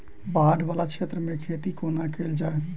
बाढ़ वला क्षेत्र मे खेती कोना कैल जाय?